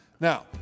Now